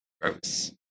gross